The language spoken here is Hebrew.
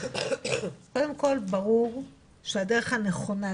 קודם כל ברור שהדרך הנכונה,